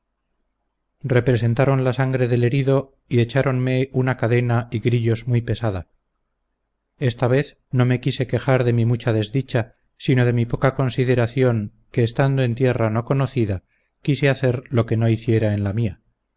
representaron la sangre del herido y echáronme una cadena y grillos muy pesada esta vez no me quise quejar de mi mucha desdicha sino de mi poca consideración que estando en tierra no conocida quise hacer lo que no hiciera en la mía